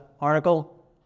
article